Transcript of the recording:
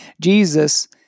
Jesus